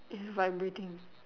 it's vibrating